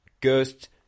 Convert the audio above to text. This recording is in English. ghost